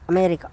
America